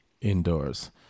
indoors